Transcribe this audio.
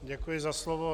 Děkuji za slovo.